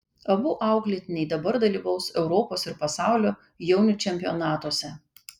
abu auklėtiniai dabar dalyvaus europos ir pasaulio jaunių čempionatuose